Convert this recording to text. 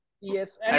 Yes